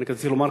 רק רציתי לומר,